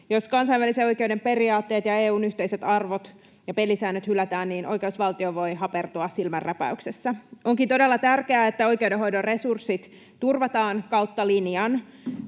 jos kansainvälisen oikeuden periaatteet ja EU:n yhteiset arvot ja pelisäännöt hylätään, niin oikeusvaltio voi hapertua silmänräpäyksessä. Onkin todella tärkeää, että oikeudenhoidon resurssit turvataan kautta linjan.